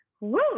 Woo